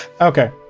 Okay